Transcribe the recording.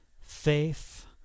faith